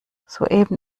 soeben